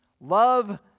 Love